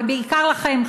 ובעיקר לכם,